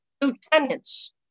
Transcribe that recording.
lieutenants